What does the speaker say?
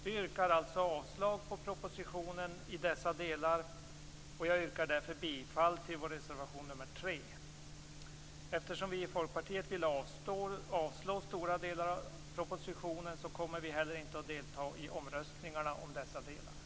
Vi yrkar alltså avslag på propositionen i dessa delar, och jag yrkar därför bifall till vår reservation nr 3. Eftersom vi i Folkpartiet vill avslå stora delar av propositionen så kommer vi heller inte att delta i omröstningarna om dessa delar.